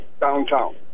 downtown